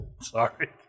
Sorry